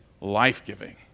life-giving